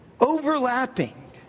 Overlapping